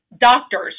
doctors